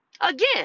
Again